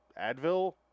Advil